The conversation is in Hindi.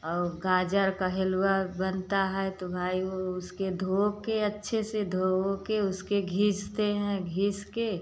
और गाजर का हलुआ बनता है तो भाई वो उसके धोके अच्छे से धो ओके उसके घिसते हैं घिस के